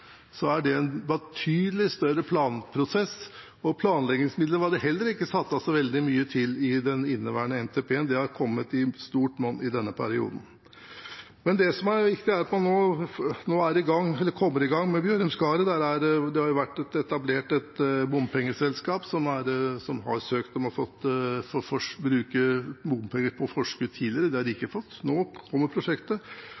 så er det en betydelig større planprosess. Og planleggingsmidler var det heller ikke satt av så veldig mye til i den inneværende NTP-en. Det har kommet i stort monn i denne perioden. Det som er viktig, er at man nå kommer i gang med Bjørum–Skaret. Det har jo blitt etablert et bompengeselskap, som har søkt om å få bruke bompenger på forskudd tidligere, og det har de